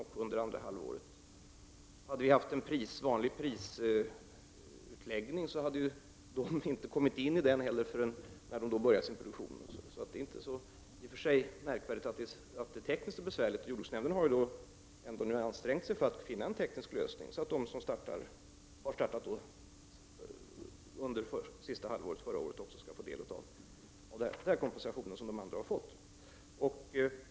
Om det hade varit fråga om en vanlig prisutläggning, hade dessa jordbrukare inte heller omfattats av denna förrän de startat sin produktion. Det är i och för sig inte så märkvärdigt att det föreligger tekniska svårigheter. Jordbruksnämnden har ändå ansträngt sig för att finna en teknisk lösning, så att också de jordbrukare som har startat sin verksamhet under sista halvåret förra året skall få del av den kompensation som övriga jordbrukare har fått.